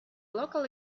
local